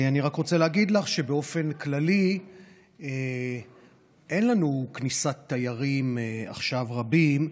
אני רק רוצה להגיד לך שבאופן כללי אין לנו כניסת תיירים רבים עכשיו,